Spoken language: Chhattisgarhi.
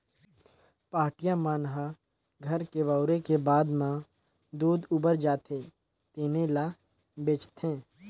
पहाटिया मन ह घर के बउरे के बाद म दूद उबर जाथे तेने ल बेंचथे